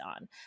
on